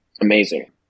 amazing